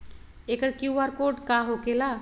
एकर QR code का होकेला?